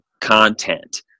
content